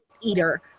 eater